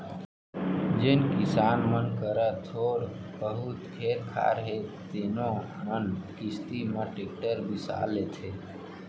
जेन किसान मन करा थोर बहुत खेत खार हे तेनो मन किस्ती म टेक्टर बिसा लेथें